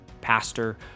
pastor